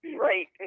Right